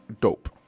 dope